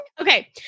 Okay